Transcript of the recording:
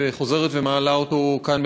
וחוזרת ומעלה אותו כאן,